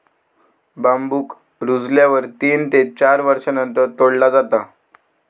बांबुक रुजल्यावर तीन ते चार वर्षांनंतर तोडला जाता